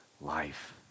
life